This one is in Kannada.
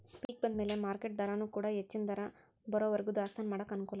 ಪಿಕ್ ಬಂದಮ್ಯಾಲ ಮಾರ್ಕೆಟ್ ದರಾನೊಡಕೊಂಡ ಹೆಚ್ಚನ ದರ ಬರುವರಿಗೂ ದಾಸ್ತಾನಾ ಮಾಡಾಕ ಅನಕೂಲ